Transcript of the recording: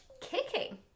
kicking